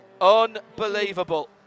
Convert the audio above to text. Unbelievable